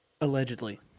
allegedly